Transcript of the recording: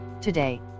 today